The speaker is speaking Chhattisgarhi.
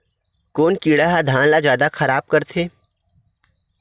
कोन कीड़ा ह धान ल जादा खराब करथे?